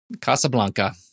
Casablanca